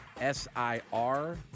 S-I-R